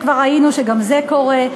וכבר ראינו שגם זה קורה.